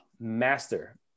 master